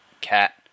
cat